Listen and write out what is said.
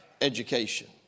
education